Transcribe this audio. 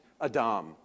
Adam